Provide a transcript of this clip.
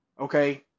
Okay